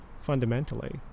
fundamentally